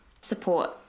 support